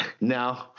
No